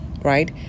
right